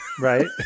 Right